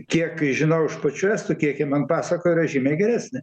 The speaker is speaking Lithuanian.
kiek žinau iš pačių estų kiek jie man pasakojo yra žymiai geresnė